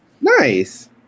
Nice